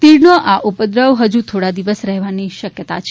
તીડનો આ ઉપદ્રવ ફજુ થોડા દિવસ રહેવાની શક્યતા છે